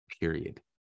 period